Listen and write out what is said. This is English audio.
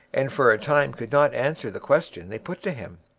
and for a time could not answer the question they put to him.